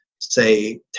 say